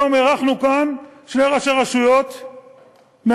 היום אירחנו כאן שני ראשי רשויות מהערבה,